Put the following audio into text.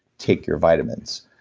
take your vitamins